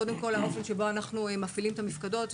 קודם כול האופן שבו אנחנו מפעילים את המפקדות.